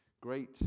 Great